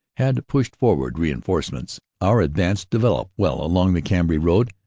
had pushed forward reinforcements. our advance developed well along the cambrai road,